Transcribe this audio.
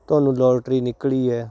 ਤੁਹਾਨੂੰ ਲਾਟਰੀ ਨਿਕਲੀ ਹੈ